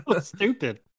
stupid